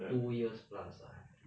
two years plus ah